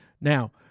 Now